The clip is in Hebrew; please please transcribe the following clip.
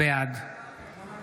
בעד